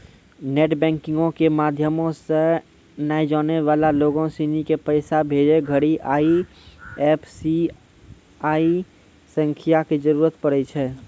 net बैंकिंगो के माध्यमो से नै जानै बाला लोगो सिनी के पैसा भेजै घड़ि आई.एफ.एस.सी संख्या के जरूरत होय छै